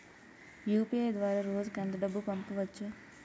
UPI ద్వారా రోజుకి ఎంత డబ్బు పంపవచ్చు?